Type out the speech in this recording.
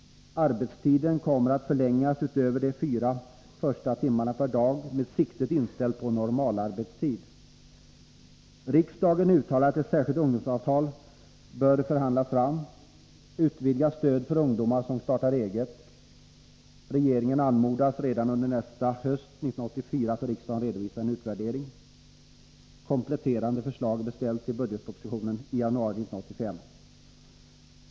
Arbetstiden kommer att förlängas utöver de fyra första timmarna per dag med siktet inställt på normalarbetstid. Riksdagen uttalar att ett särskilt ungdomsavtal bör förhandlas fram. Regeringen anmodas att redan under hösten 1984 för riksdagen redovisa en utvärdering. Kompletterande förslag är beställt till budgetpropositionen i januari 1985.